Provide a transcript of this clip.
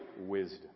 wisdom